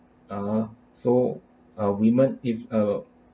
uh so a women if a